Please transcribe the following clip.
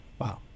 Wow